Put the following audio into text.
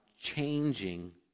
changing